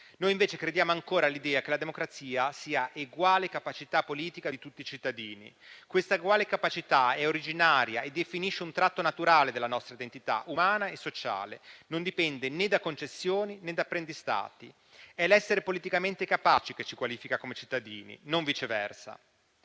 Noi invece crediamo ancora all'idea che la democrazia sia eguale capacità politica di tutti i cittadini. Questa eguale capacità è originaria e definisce un tratto naturale della nostra identità umana e sociale; non dipende né da concessioni né da apprendistati. È l'essere politicamente capaci che ci qualifica come cittadini, non viceversa.